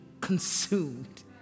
consumed